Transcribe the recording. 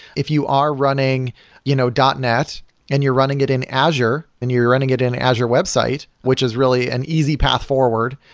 if you are running you know net and you're running it in azure and you're you're running it in azure website, which is really an easy path forward.